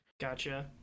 Gotcha